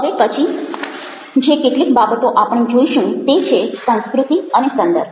હવે પછી જે કટલીક બાબતો આપણે જોઈશું તે છે સંસ્કૃતિ અને સંદર્ભ